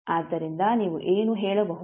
ಆದ್ದರಿಂದ ನೀವು ಏನು ಹೇಳಬಹುದು